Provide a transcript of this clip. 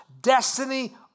destiny